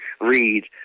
read